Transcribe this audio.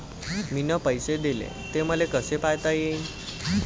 मिन पैसे देले, ते मले कसे पायता येईन?